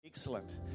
Excellent